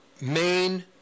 main